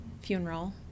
funeral